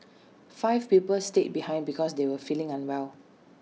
five pupils stayed behind because they were feeling unwell